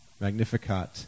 magnificat